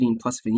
plus